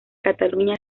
cataluña